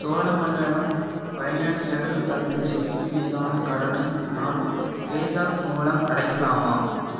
Cholamandalam finance எனக்குத் தந்த சொத்து மீதான கடனை நான் பேஸாப் மூலம் அடைக்கலாமா